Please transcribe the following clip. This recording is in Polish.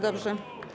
Dobrze.